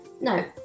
No